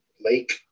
lake